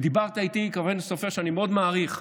דיברת איתי, חבר הכנסת סופר, שאני מאוד מעריך.